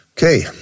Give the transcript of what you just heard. Okay